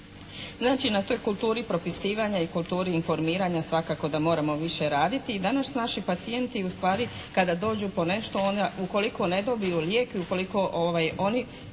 toj kulturi propisivanja i kulturi informiranja svakako da moramo više raditi i danas naši pacijenti ustvari kada dođu po nešto onda ukoliko ne dobiju lijek i ukoliko oni